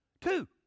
Two